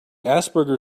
asperger